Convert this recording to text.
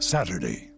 Saturday